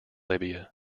libya